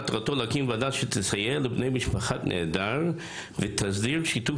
מטרתו להקים ועדה שתסייע לבני משפחת נעדר ותסדיר שיתוף